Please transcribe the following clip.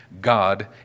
God